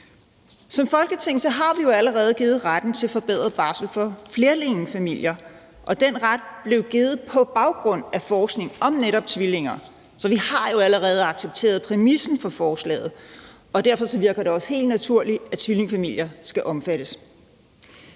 Som Folketing har vi jo allerede givet retten til forbedret barsel for flerlingefamilier, og den ret blev givet på baggrund af forskning om netop tvillinger. Så vi har jo allerede accepteret præmissen for forslaget. Derfor virker det også helt naturligt, at tvillingefamilier skal omfattes.